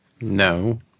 No